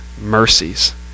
mercies